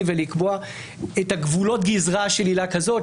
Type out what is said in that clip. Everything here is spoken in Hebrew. ולקבוע את גבולות הגזרה של עילה כזאת,